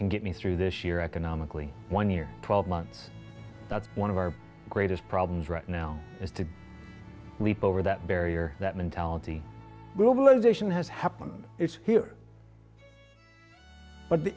can get me through this year economically one year twelve months that's one of our greatest problems right now is to leap over that barrier that mentality will addition has happened it's here but the